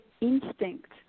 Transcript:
instinct